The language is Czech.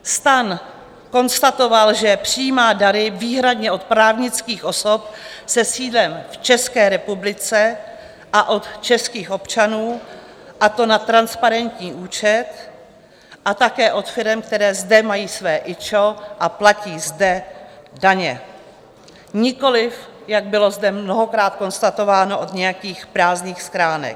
STAN konstatoval, že přijímá dary výhradně od právnických osob se sídlem v České republice a od českých občanů, a to na transparentní účet také od firem, které zde mají své IČO a platí zde daně, nikoliv, jak bylo zde mnohokrát konstatováno, od nějakých prázdných schránek.